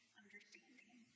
understanding